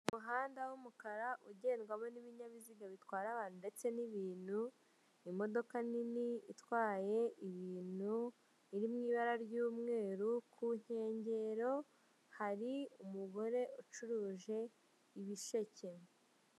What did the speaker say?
Umuhanda w'umukara ugendwamo n'ibinyabiziga bitwara abantu ndetse n'ibintu, imodoka nini itwaye ibintu iri mu ibara ry'umweru, ku nkengero hari umugore ucuruje ibisheke.